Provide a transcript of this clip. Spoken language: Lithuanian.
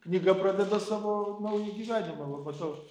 knyga pradeda savo naują gyvenimą va matau